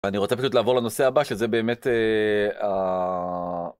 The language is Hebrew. אני רוצה פשוט לעבור לנושא הבא שזה באמת...